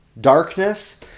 darkness